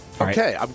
Okay